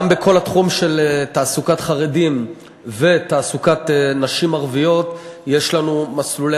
גם בכל התחום של תעסוקת חרדים ותעסוקת נשים ערביות יש לנו מסלולי